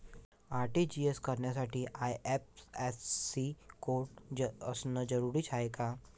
RTGS करासाठी IFSC code असनं जरुरीच हाय का?